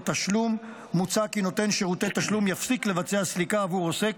תשלום מוצע כי נותן שירותי תשלום יפסיק לבצע סליקה עבור עוסק